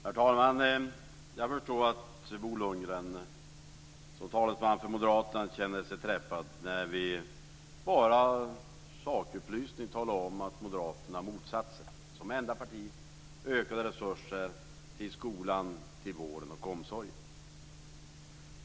Herr talman! Jag förstår att Bo Lundgren som talesman för Moderaterna känner sig träffad när vi bara som en sakupplysning talar om att Moderaterna som enda parti har motsatt sig ökade resurser till skolan, vården och omsorgen.